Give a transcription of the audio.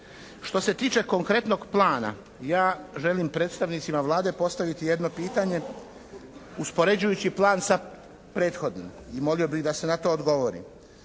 Što se tiče konkretnog plana, ja želim predstavnicima Vlade postaviti jedno pitanje uspoređujući plan sa prethodnim. I molio bih da se na to odgovori.